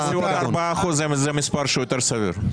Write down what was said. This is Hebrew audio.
בסביבות 4% זה מספר יותר סביר.